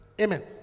Amen